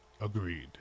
Agreed